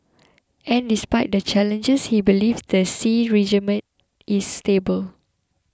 and despite the challenges he believes the Xi regime is stable